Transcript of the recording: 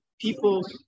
people